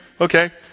Okay